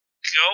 Go